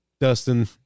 dustin